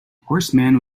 horseman